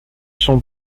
sont